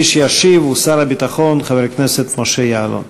מי שישיב הוא שר הביטחון חבר הכנסת משה יעלון.